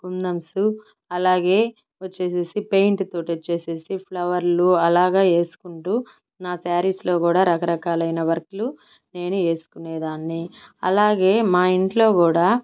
కుందన్సు అలాగే వొచ్చేసేసి పెయింట్తో వొచ్చేసేసి ఫ్లవర్లు అలాగ వేసుకుంటూ నా స్యారీస్లో కూడా రకరకాలైన వర్కులు నేను వేసుకొనేదాన్ని అలాగే మా ఇంట్లో కూడా